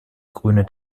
grüne